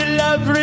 love